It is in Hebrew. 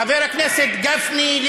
חברי הכנסת גפני,